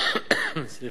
סליחה.